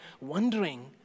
wondering